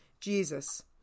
Jesus